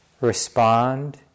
respond